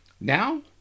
Now